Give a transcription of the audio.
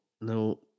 no